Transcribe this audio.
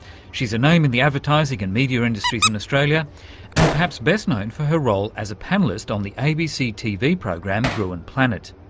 she's a name in the advertising and media industries in australia and perhaps best known for her role as a panellist on the abc tv program gruen planet.